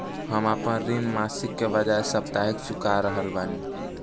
हम आपन ऋण मासिक के बजाय साप्ताहिक चुका रहल बानी